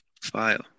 File